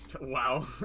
Wow